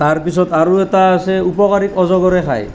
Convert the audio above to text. তাৰ পিছৰ আৰু এটা আছে উপকাৰীক অজগৰে খায়